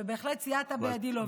ובהחלט סייעת בידי להוביל את זה,